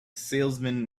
salesman